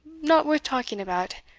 not worth talking about,